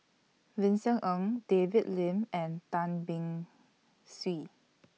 Vincent Ng David Lim and Tan Beng Swee